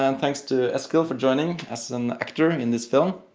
ah and thanks to eskild for joining as an actor in this film.